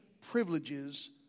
privileges